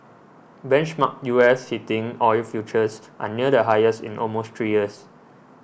benchmark U S heating oil futures are near the highest in almost three years